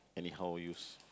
anyhow use